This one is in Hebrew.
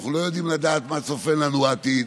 אנחנו לא יכולים לדעת מה צופן לנו העתיד.